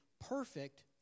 perfect